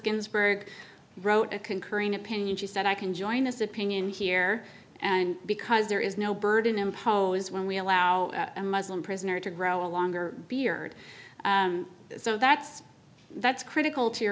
ginsburg wrote a concurring opinion she said i can join this opinion here and because there is no burden imposed when we allow a muslim prisoner to grow a longer beard so that's that's critical t